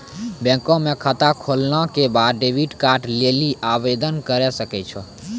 bank म खाता खोलला के बाद डेबिट कार्ड लेली आवेदन करै सकै छौ